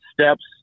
steps